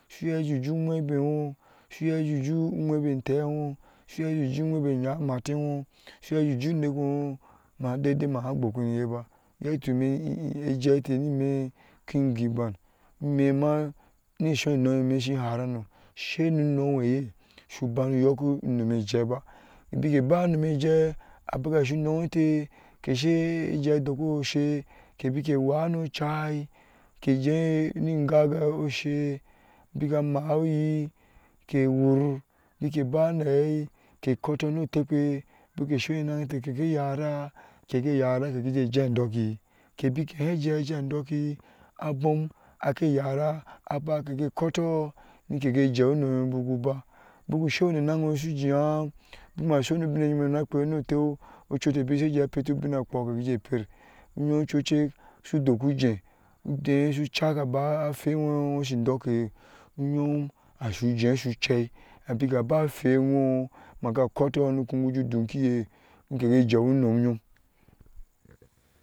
Su iya jenjuujɛ unɛbeyɔɔ su iya jenjulɛ unɛbeteŋ su iya senju unɛbe ɛya maten masa daidai ma haa gbokpem ba yɔɔtik ajaite ni mi ki gonban mima unu su enom mɛ ni shi haranu she nnomi su bani yɔɔku unomi jai ba beke ba unomi jai abeka su unomi te ke she ajen adokwo she ke beke ɛwah nuchai kejaye niga gah beka amaa weyer beke ba na aei ke koto nute kpe beke sone ananyin te she yara jah jeŋ adɔɔkir ke beke han jeŋ adɔɔkir ke beke han jeŋ jah adɔɔkir abom ke zara aba ke gai kitɔɔ mike jah unomyom uba, buku sheyoŋ ninayon su jiya beki ma suni nah yemi kpe mutɔɔ ochu pete beyan kwo ke gai jeŋ ji per ochuchek su dɔɔki ujeh ujeh su chak aba hwɛyɔɔ osu dɔɔkeye uyom asujah su chaã abeka ba hwɛnyɔɔ ma ga kotɔɔ eyɔɔ gu jeŋ ju dɔɔki yi nigai gai jah unoniyom.